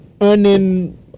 earning